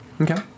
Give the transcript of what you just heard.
okay